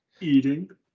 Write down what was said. eating